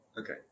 Okay